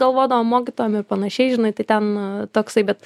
galvodavom mokytojam ir panašiai žinai tai ten toksai bet